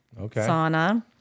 sauna